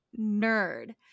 nerd